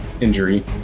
injury